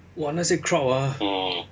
!wah! 那些 crowd ah